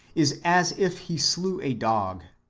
is as if he slew a dog.